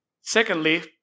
Secondly